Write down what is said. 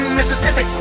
Mississippi